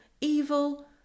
evil